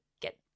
get